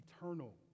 eternal